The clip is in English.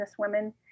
businesswomen